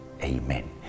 Amen